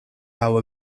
our